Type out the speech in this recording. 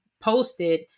posted